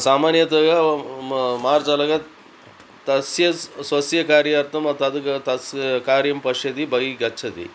सामान्यतः मा मार्जालः तस्य स् स्वस्य कार्यार्थं तद् तस्य कार्यं पश्यति बहिः गच्छति